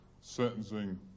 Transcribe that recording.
sentencing